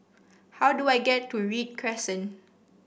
how do I get to Read Crescent